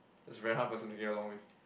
is very hard person to get along with